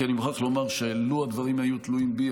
כי אני מוכרח לומר שאילו הדברים היו תלויים בי,